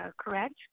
correct